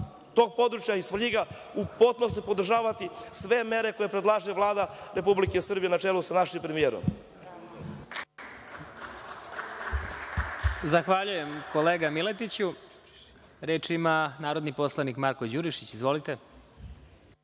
tog područja, iz Svrljiga, u potpunosti podržavati sve mere koje predlaže Vlada Republike Srbije na čelu sa našim premijerom. **Vladimir Marinković** Zahvaljujem, kolega Miletiću. Reč ima narodni poslanik Marko Đurišić. Izvolite.